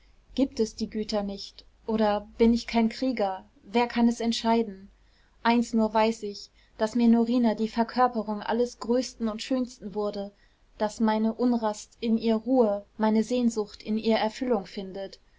gibt es die güter nicht oder bin ich kein krieger wer kann es entscheiden eins nur weiß ich daß mir norina die verkörperung alles größten und schönsten wurde daß meine unrast in ihr ruhe meine sehnsucht in ihr erfüllung findet